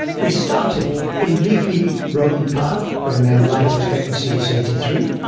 we started in leafy roland park, where male life expectancy is eighty three.